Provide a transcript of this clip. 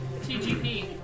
TGP